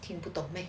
听不懂 meh